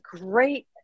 great